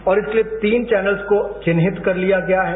और इसके लिए तीन चैनल को चिन्हित कर लिया गया है